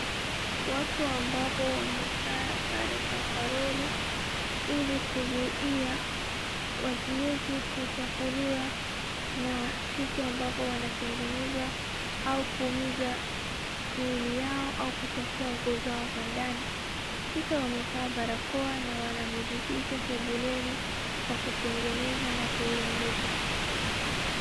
Watu ambao wamevaa sare za ovaroli ili kuzuia wasiweze kuchafuliwa na kitu ambacho wanatengeneza au kuumiza mwili yao au kuchafua nguo zao za ndani. Kisha wamevaa barakoa na wananadhifisha sebuleni kwa kutengeneza na kuirembusha.